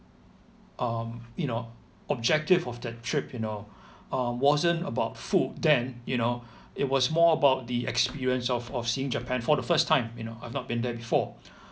um you know objective of that trip you know uh wasn't about food then you know it was more about the experience of of seeing japan for the first time you know I've not been there before